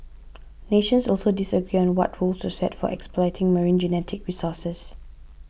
nations also disagree on what rules to set for exploiting marine genetic resources